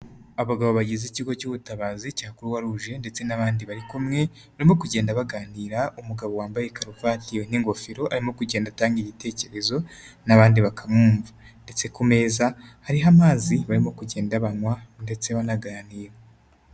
Abagabo bagize ikigo cy'ubutabazi cya Croix Rouge ndetse n'abandi bari kumwe. Barimo kugenda baganira umugabo wambaye karuvati n'ingofero. Arimo kugenda atanga igitekerezo n'abandi bakamwumva ndetse ku meza hariho amazi barimo kugenda banywa ndetse banaganira.